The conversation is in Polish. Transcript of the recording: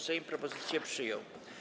Sejm propozycję przyjął.